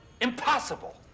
Impossible